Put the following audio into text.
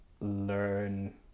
learn